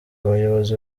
abayobozi